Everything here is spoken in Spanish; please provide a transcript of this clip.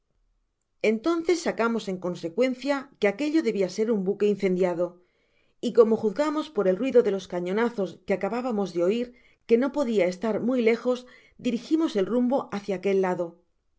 entonces sacamos en consecuencia que aquello debia ser un buque incendiado y como juzgamos por el ruido de los cañonazos que acabábamos de oir que no podia estar muy lejos dirijimos el rumbo hácia aquel lado